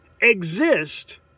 exist